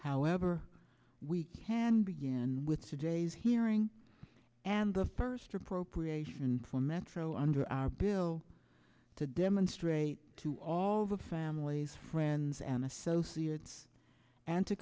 however we can begin with today's hearing and the first appropriation for metro under our bill to demonstrate to all the families friends and associates and to